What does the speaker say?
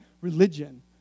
religion